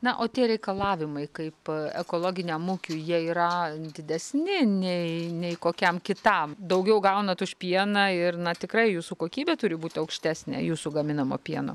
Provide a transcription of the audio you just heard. na o tie reikalavimai kaip ekologiniam ūkiui jie yra didesni nei nei kokiam kitam daugiau gaunat už pieną ir na tikrai jūsų kokybė turi būt aukštesnė jūsų gaminamo pieno